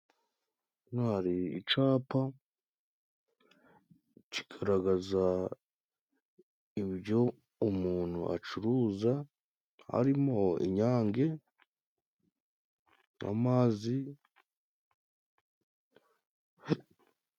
Hano hari icapa cigaragaza ibyo umuntu acuruza hari mo: Inyange, amazi,...